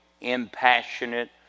impassionate